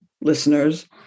listeners